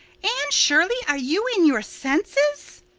anne shirley, are you in your senses?